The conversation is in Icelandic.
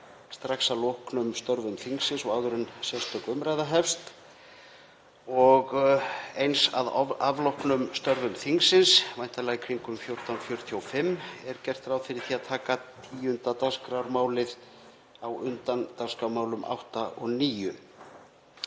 strax að loknum störfum þingsins og áður en sérstök umræða hefst. Eins er að afloknum störfum þingsins, væntanlega í kringum 14.45, gert ráð fyrir því að taka 10. dagskrármálið á undan dagskrármálum 8